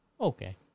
Okay